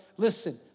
Listen